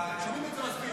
שומעים את זה מספיק.